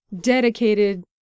dedicated